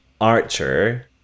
archer